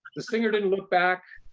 the singer didn't look back.